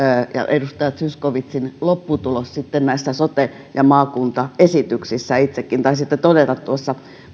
ja edustaja zyskowiczin lopputulos sitten sote ja maakuntaesityksissä itsekin taisitte todeta tuossa